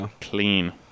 Clean